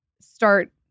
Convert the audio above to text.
start